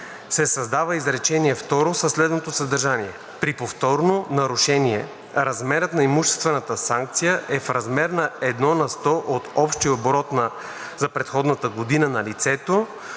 се създава изречение второ със следното съдържание: „При повторно нарушение размерът на имуществената санкция е в размер на едно на сто от общия оборот за предходната година на лицето,